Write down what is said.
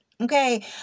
Okay